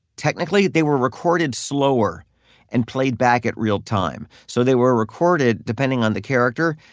technically, they were recorded slower and played back at real time. so they were recorded depending on the character,